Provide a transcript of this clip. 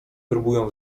próbują